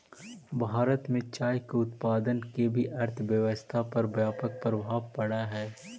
भारत में चाय के उत्पादन के भी अर्थव्यवस्था पर व्यापक प्रभाव पड़ऽ हइ